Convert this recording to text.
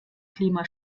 klima